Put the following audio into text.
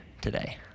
today